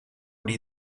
die